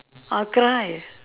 I'll cry